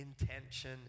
intention